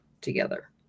together